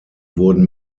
wurden